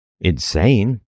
insane